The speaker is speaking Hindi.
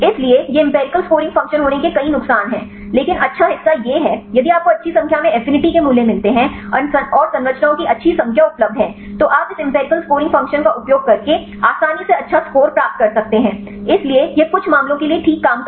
इसलिए ये एम्पिरिकल स्कोरिंग फ़ंक्शन होने के कई नुकसान हैं लेकिन अच्छा हिस्सा यह है यदि आपको अच्छी संख्या में एफिनिटी के मूल्य मिलते हैं और संरचनाओं की अच्छी संख्या उपलब्ध है तो आप इस एम्पिरिकल स्कोरिंग फ़ंक्शन का उपयोग करके आसानी से अच्छा स्कोर प्राप्त कर सकते हैं इसलिए यह कुछ मामलों के लिए ठीक काम करता है